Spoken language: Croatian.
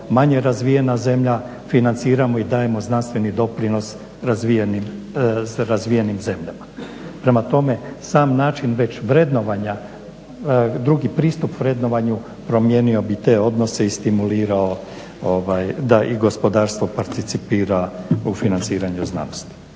manje razvijena zemlja financiramo i dajemo znanstveni doprinos razvijenim zemljama. Prema tome, sam način već vrednovanja, drugi pristup vrednovanju promijenio bi te odnose i stimulirao da i gospodarstvo participira u financiranju znanosti.